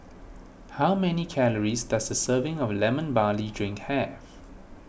how many calories does a serving of Lemon Barley Drink have